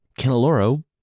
Canaloro